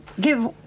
give